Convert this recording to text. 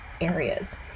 areas